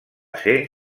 ser